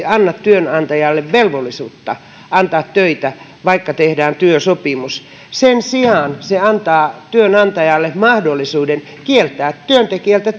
anna työnantajalle velvollisuutta antaa töitä vaikka tehdään työsopimus sen sijaan se antaa työnantajalle mahdollisuuden kieltää työntekijöitä